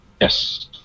Yes